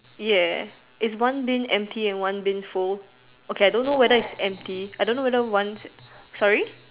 ya is one Bin empty and one Bin full okay I don't know whether it's empty I don't know whether one's sorry